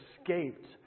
escaped